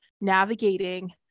navigating